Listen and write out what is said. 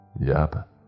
Yep